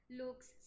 looks